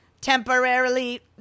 temporarily